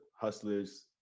hustlers